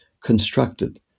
constructed